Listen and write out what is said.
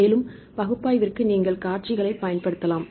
மேலும் பகுப்பாய்விற்கு நீங்கள் காட்சிகளைப் பயன்படுத்தலாம்